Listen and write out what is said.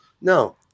No